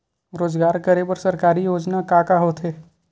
रोजगार करे बर सरकारी योजना का का होथे?